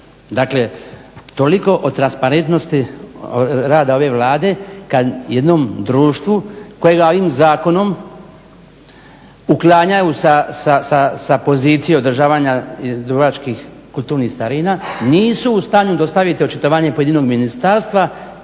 Dakle toliko o transparentnosti rada ove Vlada kada jednom društvu kojega ovim zakonom uklanjaju sa pozicije održavanja dubrovačkih kulturnih starina nisu u stanju dostaviti očitovanje pojedinog ministarstva